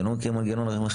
אתה לא מכיר מנגנונים אחרים.